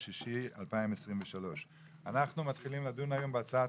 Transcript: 12.6.2023. אנחנו מתחילים לדון היום בהצעת